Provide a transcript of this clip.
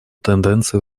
тенденцию